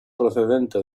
procedente